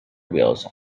wheels